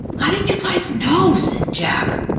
how did you guys know? said jack.